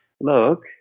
look